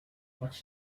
what’s